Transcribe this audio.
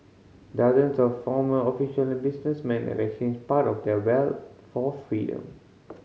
dozens of former official and businessmen have exchanged part of their wealth for freedom